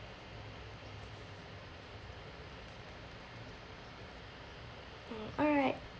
alright